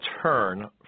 turn